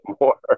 more